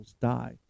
die